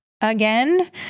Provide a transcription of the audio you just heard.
again